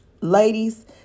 ladies